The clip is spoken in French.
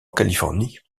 californie